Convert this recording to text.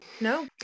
No